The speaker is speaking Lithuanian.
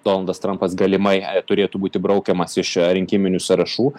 donaldas trampas galimai turėtų būti braukiamas iš rinkiminių sąrašų